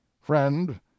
friend